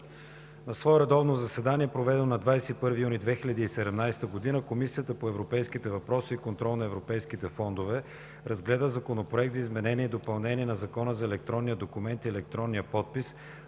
На свое редовно заседание, проведено на 19 юли 2017 г., Комисията по европейските въпроси и контрол на европейските фондове разгледа Законопроект за изменение и допълнение на Закона за електронния документ и електронния подпис,